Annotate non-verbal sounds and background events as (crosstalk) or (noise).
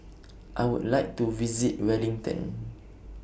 (noise) I Would like to visit Wellington